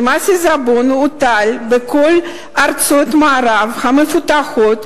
אף-על-פי שמס עיזבון הוטל בכל ארצות המערב המפותחות,